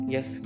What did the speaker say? Yes